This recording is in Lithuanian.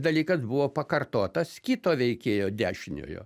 dalykas buvo pakartotas kito veikėjo dešiniojo